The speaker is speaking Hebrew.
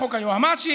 חוק היועמ"שים,